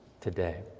today